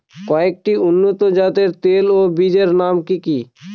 কয়েকটি উন্নত জাতের তৈল ও বীজের নাম কি কি?